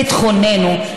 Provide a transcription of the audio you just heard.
ביטחוננו,